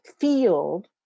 field